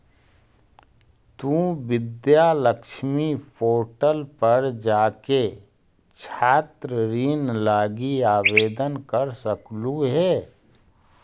तु विद्या लक्ष्मी पोर्टल पर जाके छात्र ऋण लागी आवेदन कर सकलहुं हे